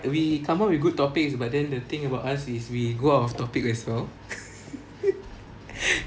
we come up with good topics but then the thing about us is we go out of topic as well